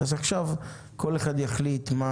אז עכשיו כל אחד יחליט מה